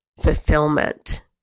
fulfillment